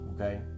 Okay